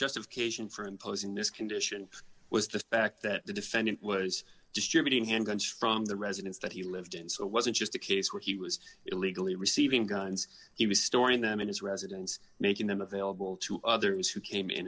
justification for imposing this condition was the fact that the defendant was distributing handguns from the residence that he lived in so it wasn't just a case where he was illegally receiving guns he was storing them in his residence making them available to others who came in